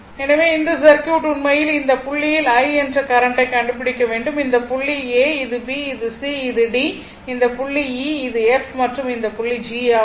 எனவே இந்த சர்க்யூட் உண்மையில் இந்த புள்ளியில் I என்ற கரண்ட்டை கண்டுபிடிக்க வேண்டும் இந்த புள்ளி a இது b இது c இது d இந்த புள்ளி e இது f மற்றும் இந்த புள்ளி g ஆகும்